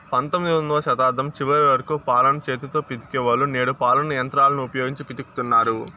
పంతొమ్మిదవ శతాబ్దం చివరి వరకు పాలను చేతితో పితికే వాళ్ళు, నేడు పాలను యంత్రాలను ఉపయోగించి పితుకుతన్నారు